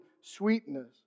sweetness